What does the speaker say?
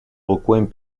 recoins